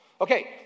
okay